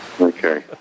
Okay